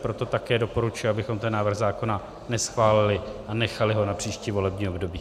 Proto také doporučuji, abychom návrh zákona neschválili a nechali ho na příští volební období.